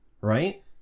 right